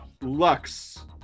lux